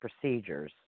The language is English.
procedures